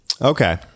Okay